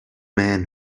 man